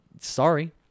sorry